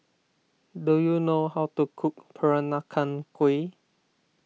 do you know how to cook Peranakan Kueh